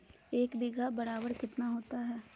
एक बीघा बराबर कितना होता है?